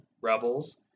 Rebels